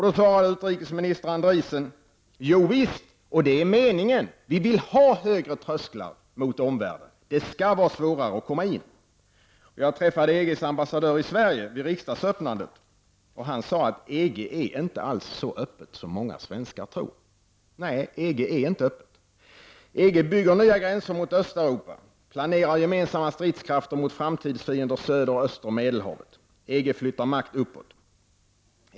Då sade EGs utrikesminister Andriessen: Jovisst, och det är meningen. Vi vill ha högre trösklar mot omvärlden. Det skall vara svårare att komma in. Jag träffade EGs ambassadör i Sverige vid riksdagsöppnandet. Han sade att EG inte alls är så öppet som många svenskar tror. Nej, EG är inte öppet. EG bygger nya gränser mot Östeuropa och planerar gemensamma stridskrafter mot framtidsfiender söder och öster om Medelhavet. EG flyttar makt uppåt.